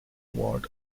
ward